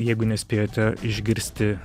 jeigu nespėjote išgirsti